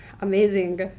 amazing